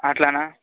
అట్లనా